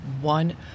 one